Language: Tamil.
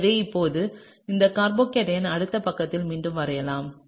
எனவே இப்போது இந்த கார்போகேட்டையானை அடுத்த பக்கத்தில் மீண்டும் வரையலாம்